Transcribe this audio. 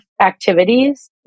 activities